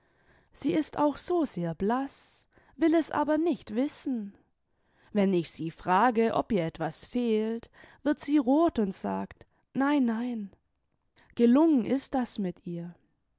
sie ist auch so sehr blaß will es aber nicht wissen wenn ich sie frage ob ihr etwas fehlt wird sie rot und sagt nein nein gelungen ist das mit ihr